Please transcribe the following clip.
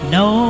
no